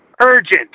urgent